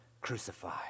crucify